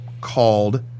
called